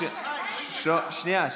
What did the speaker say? שנייה.